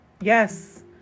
yes